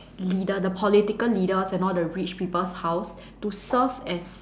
leader the political leaders and all the rich people's house to serve as